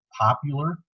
popular